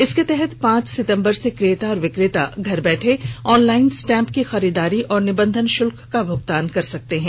इसके तहत पांच सितम्बर से क्रेता और विकेता घर बैठे ऑनलाइन स्टाम्प की खरीदारी और निबंधन शुल्क का भूगतान कर सकते हैं